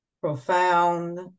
profound